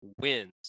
wins